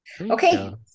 Okay